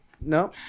no